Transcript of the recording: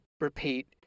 repeat